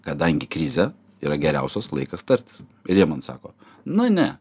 kadangi krizė yra geriausias laikas tartis ir jie man sako na ne